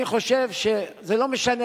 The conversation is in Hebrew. אני חושב שזה לא משנה,